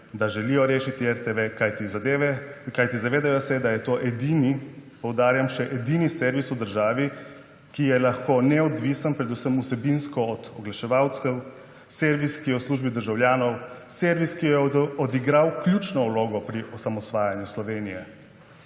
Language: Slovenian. da želijo rešiti RTV, kajti zavedajo se, da je to edini, poudarjam, še edini servis v državi, ki je lahko neodvisen, predvsem vsebinsko, od oglaševalcev, servis, ki je v službi državljanov, servis, ki je odigral ključno vlogo pri osamosvajanju Slovenije,